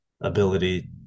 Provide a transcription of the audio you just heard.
ability